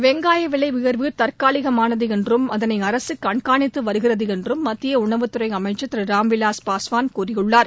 வெங்காய விலை உயர்வு தற்காலிகமானது என்றும் அதளை அரசு கண்காணித்து வருகிறது என்றும் மத்திய உணவுத் துறை அமைச்சர் திரு ராம்விலாஸ் பாஸ்வான் கூறியுள்ளார்